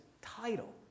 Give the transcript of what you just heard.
title